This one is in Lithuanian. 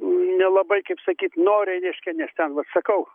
nelabai kaip sakyt noriai reiškia nes ten va sakau